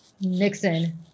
Nixon